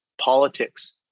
Politics